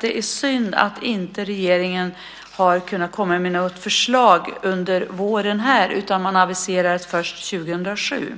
Det är synd att regeringen inte kunnat komma med något förslag under våren utan aviserar att det kommer först 2007.